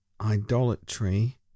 idolatry